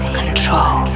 control